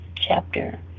chapter